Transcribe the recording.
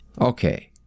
Okay